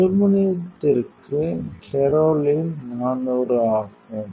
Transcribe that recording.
அலுமினியத்திற்கு கெரோலின் 400 ஆகும்